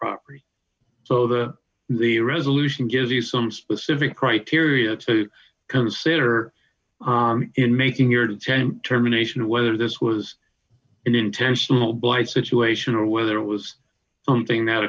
property so the the resolution gives you some specific criteria to consider in making your attempt termination whether this was an intentional blight situation or whether it was something that